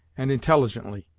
and intelligently.